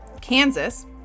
Kansas